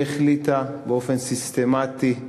היא החליטה באופן סיסטמטי,